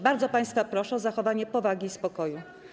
Bardzo państwa proszę o zachowanie powagi i spokoju.